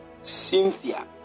Cynthia